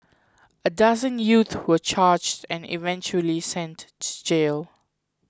a dozen youth were charged and eventually sent to jail